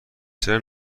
چرا